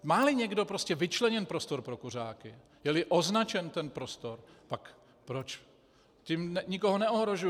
Máli někdo prostě vyčleněn prostor pro kuřáky, jeli označen ten prostor, pak tím nikoho neohrožuji.